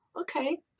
okay